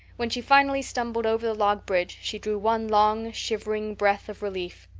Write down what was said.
when she finally stumbled over the log bridge she drew one long shivering breath of relief.